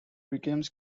became